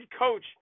coach